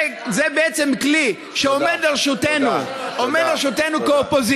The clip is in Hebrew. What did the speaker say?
זה בעצם כלי שעומד לרשותנו כאופוזיציה,